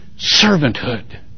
servanthood